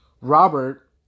Robert